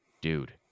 dude